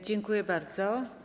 Dziękuję bardzo.